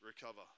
recover